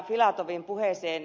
filatovin puheeseen